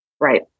right